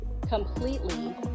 completely